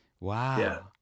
Wow